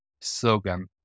slogan